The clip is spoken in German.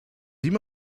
sieh